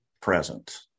present